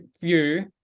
view